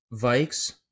Vikes